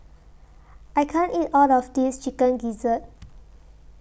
I can't eat All of This Chicken Gizzard